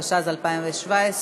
התשע"ז 2017,